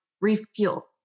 refuel